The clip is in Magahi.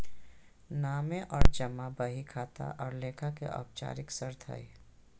नामे और जमा बही खाता और लेखा के औपचारिक शर्त हइ